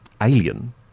alien